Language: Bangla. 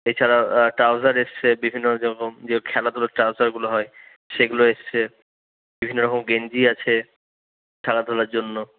এছাড়া ট্রাউসার এসেছে বিভিন্ন রকম যে খেলাধুলোর ট্রাউসারগুলো হয় সেগুলো এসেছে বিভিন্নরকম গেঞ্জি আছে খেলা টেলার জন্য